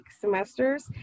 semesters